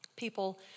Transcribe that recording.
People